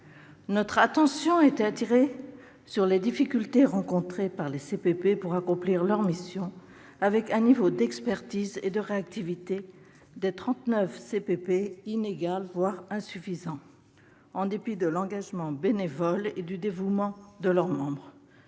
Notre attention a été attirée sur les difficultés rencontrées par les CPP pour accomplir leur mission, les 39 CPP présentant un niveau d'expertise et de réactivité inégal, voire insuffisant, en dépit de l'engagement bénévole et du dévouement de leurs membres